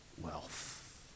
wealth